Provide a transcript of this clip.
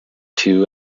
two